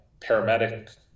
paramedic